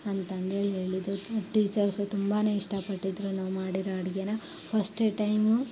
ಅಂತಂದೇಳಿ ಹೇಳಿದರು ತು ಟೀಚರ್ಸು ತುಂಬನೇ ಇಷ್ಟಪಟ್ಟಿದ್ದರು ನಾವು ಮಾಡಿರೊ ಅಡುಗೆನ ಫಸ್ಟ್ ಟೈಮು